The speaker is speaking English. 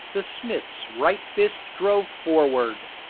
the smith's right fist drove forward.